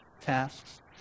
tasks